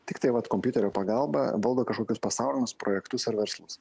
tiktai vat kompiuterio pagalba valdo kažkokius pasaulinius projektus ar verslus